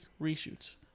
reshoots